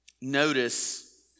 notice